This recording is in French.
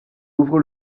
ouvre